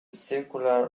circular